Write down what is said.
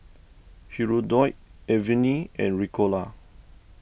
Hirudoid Avene and Ricola